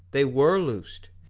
they were loosed,